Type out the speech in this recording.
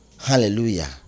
hallelujah